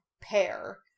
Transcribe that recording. pair